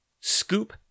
Scoop